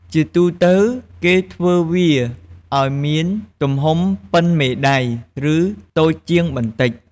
ជាទូទៅគេធ្វើវាឲ្យមានទំហំប៉ុនមេដៃ ឬតូចជាងបន្តិច។